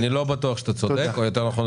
אני לא בטוח שאתה צודק או יותר נכון,